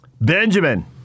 Benjamin